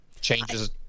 changes